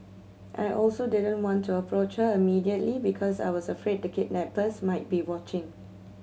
I also didn't want to approach her immediately because I was afraid the kidnappers might be watching